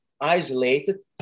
isolated